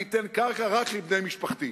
אני אתן קרקע רק לבני משפחתי.